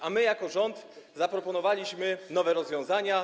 A my jako rząd zaproponowaliśmy nowe rozwiązania.